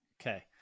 Okay